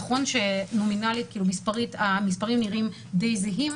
נכון שנומינלית המספרים נראים די זהים